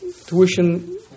Tuition